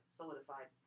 solidified